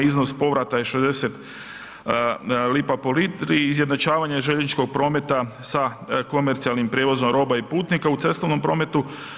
Iznos povrata je 60 lipa po litri, izjednačavanje željezničkog prometa sa komercijalnim prijevozom roba i putnika u cestovnom prometu.